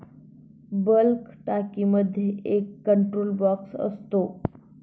bulk टाकीमध्ये एक control box असतो